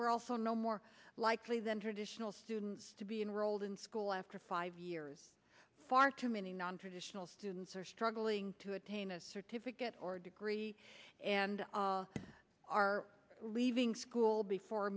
were also no more likely than traditional students to be enrolled in school after five years far too many nontraditional students are struggling to attain a certificate or degree and are leaving school before